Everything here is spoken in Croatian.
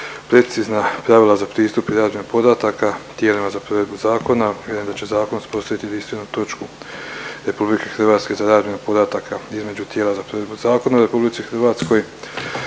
precizna pravila za pristup i razmjenu podataka tijelima za provedbu zakona. Vjerujem da će zakon uspostaviti jedinstvenu točku RH za razmjenu podataka između tijela za provedbu zakona u RH te